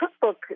cookbook